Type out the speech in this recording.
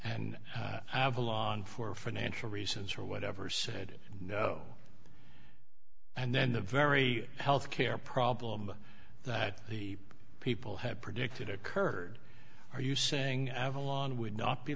and avalon for financial reasons or whatever said no and then the very health care problem that the people had predicted occurred are you saying avalon would not be